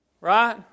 Right